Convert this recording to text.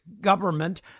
government